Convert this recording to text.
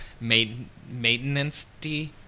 maintenance-y